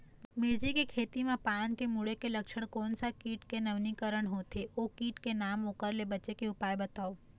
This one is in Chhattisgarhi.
मिर्ची के खेती मा पान के मुड़े के लक्षण कोन सा कीट के नवीनीकरण होथे ओ कीट के नाम ओकर ले बचे के उपाय बताओ?